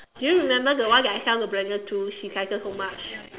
do you remember the one that I tell to Brenda too she cycle so much